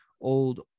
old